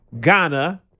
Ghana